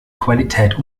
qualität